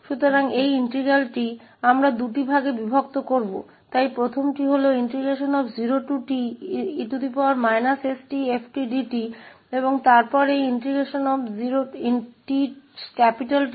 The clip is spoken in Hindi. तो इस समाकलन को हम दो भागों में विभाजित करेंगे इसलिए पहले 0Te stfdt और फिर यह Te stfdt है